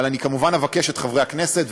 אבל אני כמובן אבקש מחברי הכנסת,